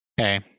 Okay